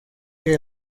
que